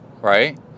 right